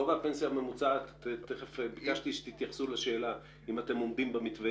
גובה הפנסיה הממוצעת ביקשתי שתתייחסו לשאלה אם אתם עומדים במתווה